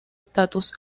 status